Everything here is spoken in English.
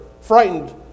frightened